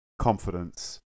confidence